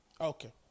Okay